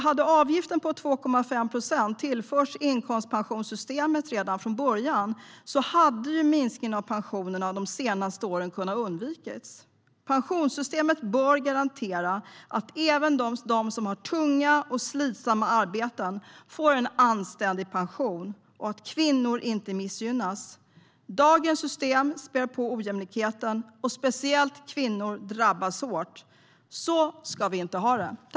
Om avgiften på 2,5 procent hade tillförts inkomstpensionssystemet redan från början hade minskningen av pensionerna de senaste åren kunnat undvikas. Pensionssystemet bör garantera att även de som har tunga och slitsamma arbeten får en anständig pension och att kvinnor inte missgynnas. Dagens system spär på ojämlikheten, och speciellt kvinnor drabbas hårt. Så ska vi inte ha det.